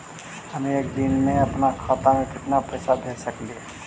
हम एक दिन में अपन खाता से कितना पैसा भेज सक हिय?